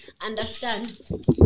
understand